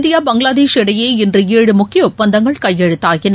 India Bangladesh இடையே இன்று ஏழு முக்கியஒப்பந்தங்கள் கையெழுத்தாயின